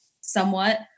somewhat